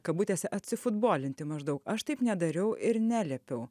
kabutėse atsifutbolinti maždaug aš taip nedariau ir neliepiau